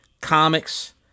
comics